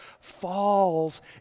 falls